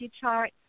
chart